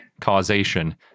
causation